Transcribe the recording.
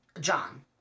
John